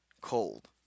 cold